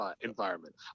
environment